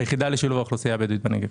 היחידה לשילוב האוכלוסייה הבדואית בנגב,